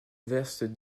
verse